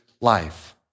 life